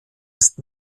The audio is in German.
ist